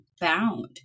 bound